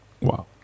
Wow